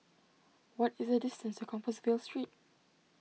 what is the distance to Compassvale Street